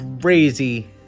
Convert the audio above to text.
crazy